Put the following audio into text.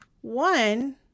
One